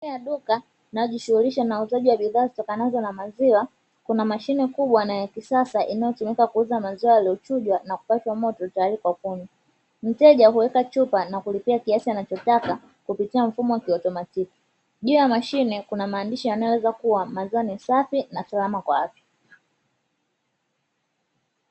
Ndani ya duka linalojishughulisha na bidhaa zitokanazo na wa maziwa, kuna mashine kubwa na ya kisasa inayotumika kuuza maziwa yaliyochjwa na kupashwa moto, tayari kwa kunywa. Mteja huweka chipa na kulipia kiasi anachotaka kupitia mfumo wa kiautomatiki, juu ya mashine kuna maandishi yanayosema kuwa maziwa ni safi na salama kwa afya.